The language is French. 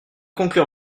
conclure